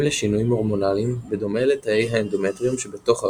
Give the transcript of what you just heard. לשינויים הורמונליים בדומה לתאי האנדומטריום שבתוך הרחם,